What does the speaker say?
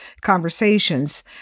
conversations